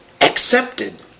Accepted